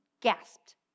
gasped